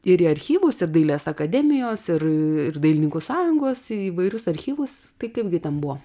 ir į archyvus ir dailės akademijos ir ir dailininkų sąjungos į įvairius archyvus tai kaipgi ten buvo